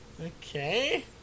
Okay